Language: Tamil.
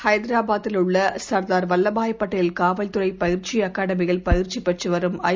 ஹைதராபாத்தில்உள்ளசர்தார்வல்லபாய்படேல்காவல்துறைபயிற்சிஅகடமியில்பயி ற்சிபெற்றுவரும்ஐ